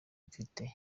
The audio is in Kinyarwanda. mfite